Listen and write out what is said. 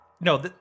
No